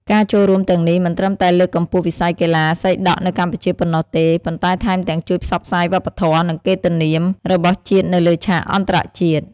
ការចូលរួមទាំងនេះ មិនត្រឹមតែលើកកម្ពស់វិស័យកីឡាសីដក់នៅកម្ពុជាប៉ុណ្ណោះទេ ប៉ុន្តែថែមទាំងជួយផ្សព្វផ្សាយវប្បធម៌ និងកិត្តិនាមរបស់ជាតិនៅលើឆាកអន្តរជាតិ។